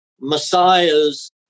Messiahs